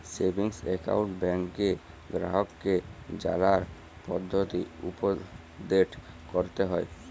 savings account ব্যাংকে গ্রাহককে জালার পদ্ধতি উপদেট ক্যরতে হ্যয়